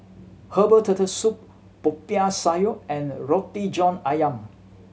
herbal Turtle Soup Popiah Sayur and Roti John Ayam